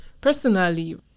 personally